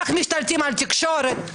איך משתלטים על תקשורת.